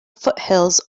foothills